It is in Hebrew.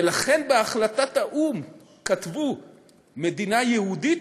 ולכן בהחלטת האו"ם כתבו "מדינה יהודית".